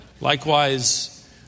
Likewise